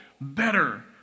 better